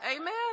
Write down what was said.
Amen